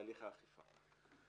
בהליך האכיפה.